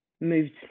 moved